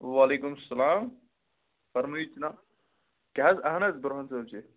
وعلیکُم سَلام فَرمٲیِو جِناب کیٛاہ حظ اہَن حظ بُرہان صٲب چھُس